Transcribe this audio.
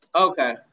Okay